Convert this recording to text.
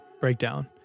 breakdown